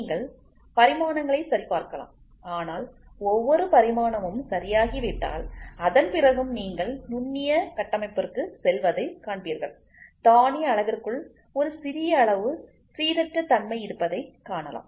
நீங்கள் பரிமாணங்களை சரிபார்க்கலாம்ஆனால் ஒவ்வொரு பரிமாணமும் சரியாகிவிட்டால் அதன் பிறகும் நீங்கள் நுண்ணிய கட்டமைப்பிற்குச் செல்வதைக் காண்பீர்கள் தானிய அளவிற்குள் ஒரு சிறிய அளவு சீரற்ற தன்மை இருப்பதைக் காணலாம்